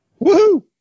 Woohoo